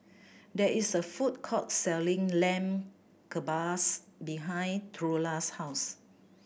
there is a food court selling Lamb Kebabs behind Trula's house